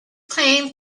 claim